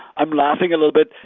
i'm laughing a little bit.